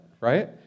right